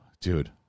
dude